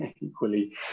equally